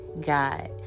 god